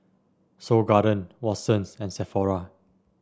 Seoul Garden Watsons and Sephora